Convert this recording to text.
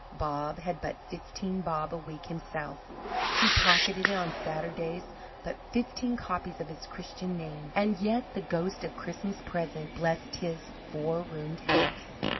bob had but fifteen bob a week himself he pocketed on saturdays but fifteen copies of his christian name and yet the ghost of christmas present blessed his four-roomed house!